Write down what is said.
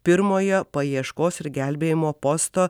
pirmojo paieškos ir gelbėjimo posto